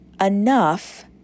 Enough